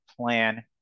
plan